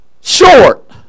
short